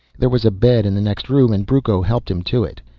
there was a bed in the next room and brucco helped him to it.